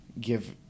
give